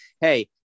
Hey